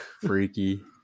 freaky